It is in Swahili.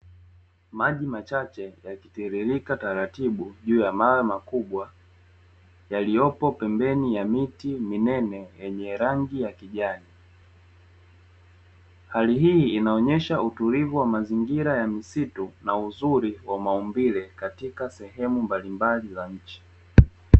Maji machache ya kitiririka taratibu juu ya mawe makubwa, yaliyopo pembeni ya miti minene yenye rangi ya kijani. Hali hii inaonyesha utulivu wa mazingira ya misitu na uzuri wa maumbile katika sehemu mbalimbali za nchi.